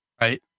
Right